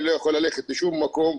לא יכול ללכת לשום מקום,